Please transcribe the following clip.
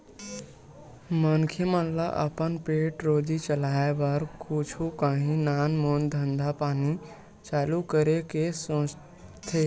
मनखे मन ल अपन पेट रोजी चलाय बर कुछु काही नानमून धंधा पानी चालू करे के सोचथे